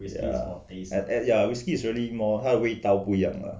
ya at at ya whisky is really more 它的味道不一样 lah